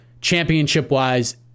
championship-wise